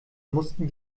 mussten